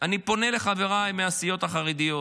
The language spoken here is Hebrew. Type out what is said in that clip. אני פונה לחבריי מהסיעות החרדיות.